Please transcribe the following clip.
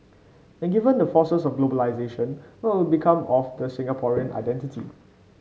and given the forces of globalisation what will become of the Singaporean identity